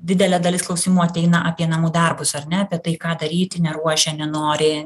didelė dalis klausimų ateina apie namų darbus ar ne apie tai ką daryti neruošia nenori